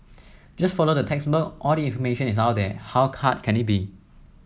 just follow the textbook all the information is out there how hard can it be